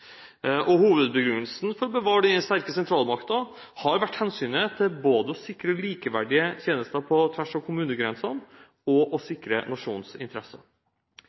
Hovedbegrunnelsen for å bevare denne sterke sentralmakten har vært hensynet til både å sikre likeverdige tjenester på tvers av kommunegrensene og å sikre nasjonens interesser.